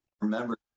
remember